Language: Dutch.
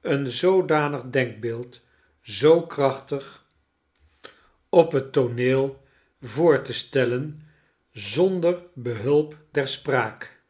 een zoodanig denkbeeld zoo krachtig op het tooneel voor te stellen zonder behulp der spraak